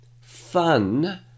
fun